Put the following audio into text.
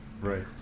Right